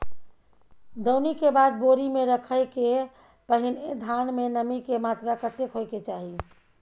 दौनी के बाद बोरी में रखय के पहिने धान में नमी के मात्रा कतेक होय के चाही?